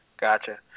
Gotcha